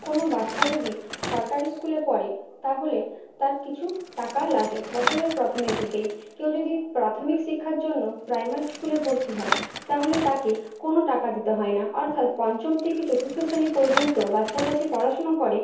কোনো বাচ্চা যদি সরকারি স্কুলে পড়ে তাহলে তার কিছু টাকা লাগে বছরের প্রথমের দিকেই কেউ যদি প্রাথমিক শিক্ষার জন্য প্রাইমারি স্কুলে ভর্তি হয় তাহলে তাকে কোনো টাকা দিতে হয় না অর্থাৎ পঞ্চম থেকে চতুর্থ শ্রেণি পর্যন্ত বাচ্চারা যে পড়াশুনো করে